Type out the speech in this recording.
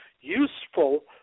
useful